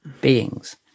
beings